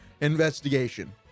investigation